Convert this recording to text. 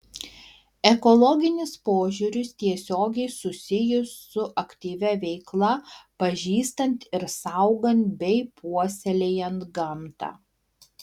ekologinis požiūris tiesiogiai susijęs su aktyvia veikla pažįstant ir saugant bei puoselėjant gamtą